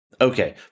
okay